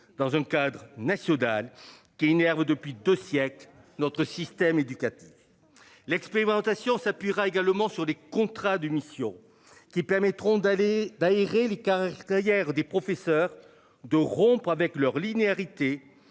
dans un cadre national qui innerve depuis 2 siècles. Notre système éducatif. L'expérimentation s'appuiera également sur les contrats de mission qui permettront d'aller d'aérer le cas hein. Hier des professeurs de rompre avec leur linéarité.